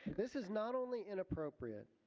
this is not only inappropriate,